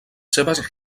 seves